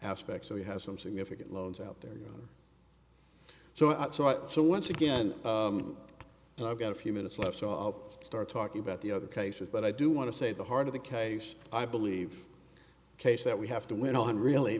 aspect so we have some significant loans out there so i thought so once again i've got a few minutes left so i'll start talking about the other cases but i do want to say the heart of the case i believe case that we have to win on really